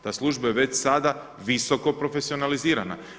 Ta služba je već sada visoko profesionalizirana.